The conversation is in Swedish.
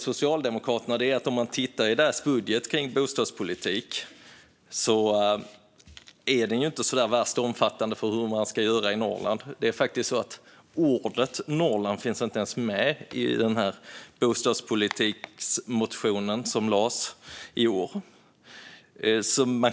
Socialdemokraternas budget för bostadspolitiken är inte särskilt omfattande när det kommer till Norrland. Ordet Norrland finns inte ens med i Socialdemokraternas bostadspolitiska motion.